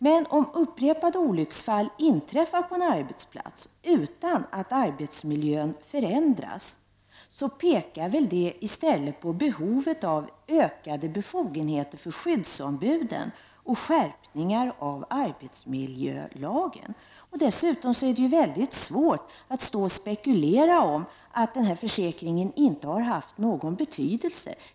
Men om upprepade olycksfall inträffar på en arbetsplats utan att arbetsmiljön förändras, pekar väl det i stället på behovet av ökade befogenheter för skyddsombuden och skärpningar av arbetsmiljölagen. Dessutom är det väldigt svårt att spekulera i förhållandena — att den här försäkringen inte skulle ha haft någon betydelse.